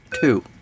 two